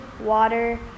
water